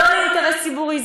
לא לאינטרס ציבורי,